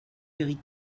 éric